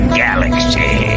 galaxy